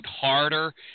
harder